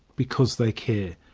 because they care.